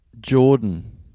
Jordan